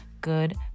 good